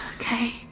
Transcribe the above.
Okay